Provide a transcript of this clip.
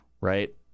right